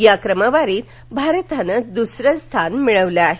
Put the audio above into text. या क्रमवारीत भारतानं दुसरं स्थान मिळवलं आहे